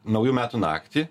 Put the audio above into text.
naujų metų naktį